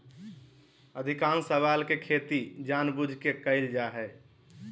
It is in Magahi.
अधिकांश शैवाल के खेती जानबूझ के कइल जा हइ